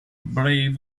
brave